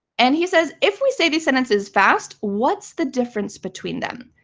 and he says, if we say these sentences fast, what's the difference between them?